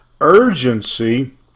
urgency